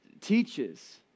teaches